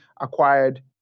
acquired